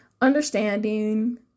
understanding